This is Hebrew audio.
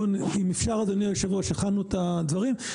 אם אפשר, אדוני היושב-ראש, הכנו את הדברים.